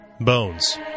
bones